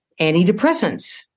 antidepressants